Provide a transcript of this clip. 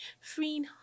freeing